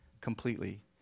completely